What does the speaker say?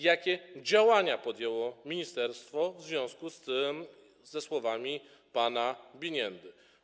Jakie działania podjęło ministerstwo w związku ze słowami pana Biniendy?